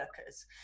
workers